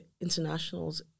internationals